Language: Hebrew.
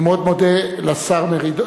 אני מאוד מודה לשר מרידור,